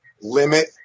limit